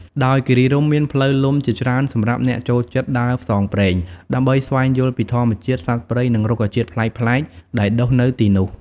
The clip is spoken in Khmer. ដោយគិរីរម្យមានផ្លូវលំជាច្រើនសម្រាប់អ្នកចូលចិត្តដើរផ្សងព្រេង ដើម្បីស្វែងយល់ពីធម្មជាតិ សត្វព្រៃ និងរុក្ខជាតិប្លែកៗដែលដុះនៅទីនោះ។